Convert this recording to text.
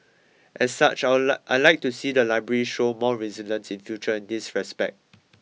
as such I I like to see the library show more resilience in future in this respect